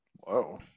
Whoa